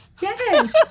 yes